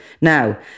Now